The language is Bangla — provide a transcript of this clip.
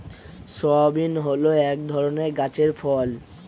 সোয়াবিন হল এক ধরনের গাছের ফল